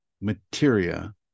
materia